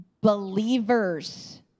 believers